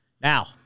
Now